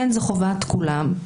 זו כן חובת כולם,